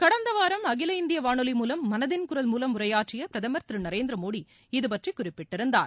கடந்த வாரம் அகில இந்திய வானொலி மூவம் மனதின் குரல் மூவம் உரையாற்றிய பிரதமர் திரு நரேந்திர மோடி இதுபற்றி குறிப்பிட்டிருந்தார்